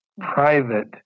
private